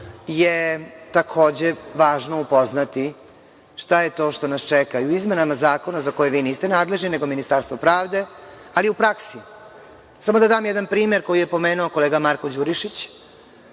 je takođe važno upoznati šta je to što nas čeka i u izmenama zakona, za koje vi niste nadležni, nego Ministarstvo pravde, ali u praksi. Samo da dam jedan primer koji je pomenuo kolega Marko Đurišić.